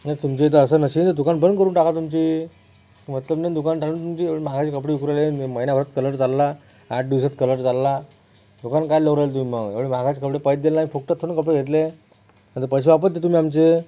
आणि तुमच्या इथं असं नसेल तर दुकान बंद करून टाका तुमची मतलब नाही ना दुकान टाकण्यात तुमची एवढे महागाचे कपडे विकू राहिले तुम्ही महिन्याभरात कलर चालला आठ दिवसात कलर चालला लोकांना काय लावून राहिले तुम्ही मग एवढे महागाचे कपडे पैत दिला आहे फुकटात थोडी नं कपडे घेतले नाही तर पैसे वापस द्या तुम्ही आमचे